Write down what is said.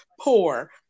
poor